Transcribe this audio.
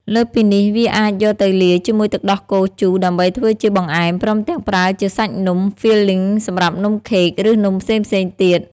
លើសពីនេះ វាអាចយកទៅលាយជាមួយទឹកដោះគោជូរដើម្បីធ្វើជាបង្អែម ព្រមទាំងប្រើជាសាច់នំ filling សម្រាប់នំខេក ឬនំផ្សេងៗទៀត។